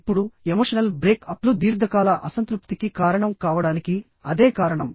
ఇప్పుడు emotional break అప్లు దీర్ఘకాల అసంతృప్తికి కారణం కావడానికి అదే కారణం